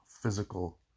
Physical